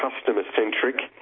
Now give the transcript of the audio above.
customer-centric